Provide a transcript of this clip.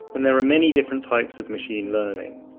and there are many different types of machine learning.